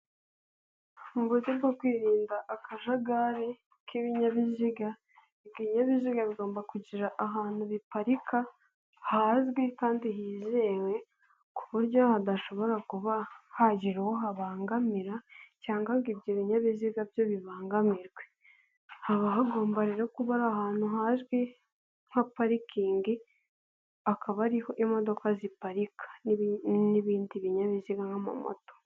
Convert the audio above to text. Uburyo rwo kwirinda akajagari k'ibinyabiziga, ibinyabiziga bigomba kugira ahantu biparika, hazwi kandi hizewe, ku buryo hadashobora kuba hagira uwo habangamira, cyangwa ngo ibyo binyabiziga byo bibangamirwe. Haba hagomba rero kuba ari ahantu hazwi nka parikingi, akaba ariho imodoka ziparika n'ibindi binyabiziga nka mamoto.